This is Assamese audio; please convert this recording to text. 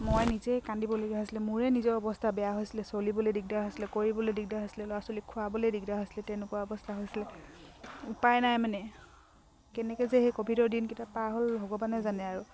মই নিজেই কান্দিবলগীয়া হৈছিলে মোৰে নিজৰ অৱস্থা বেয়া হৈছিলে চলিবলৈ দিগদাৰ হৈছিলে কৰিবলৈ দিগদাৰ হৈছিলে ল'ৰা ছোৱালী খোৱাবলৈ দিগদাৰ হৈছিলে তেনেকুৱা অৱস্থা হৈছিলে উপায় নাই মানে কেনেকৈ যে সেই ক'ভিডৰ দিনকেইটা পাৰ হ'ল ভগৱানে জানে আৰু